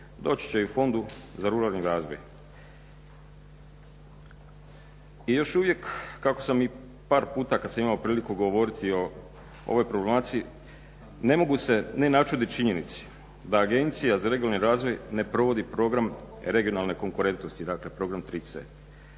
doći će i u Fondu za ruralni razvoj. I još uvijek kako sam i par puta kad sam imao priliku govoriti o ovoj problematici ne mogu se ne načudit činjenici da Agencija za regionalni razvoj ne provodi Program regionalne konkurentnosti, dakle Program 3C.